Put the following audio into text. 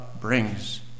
brings